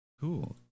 Cool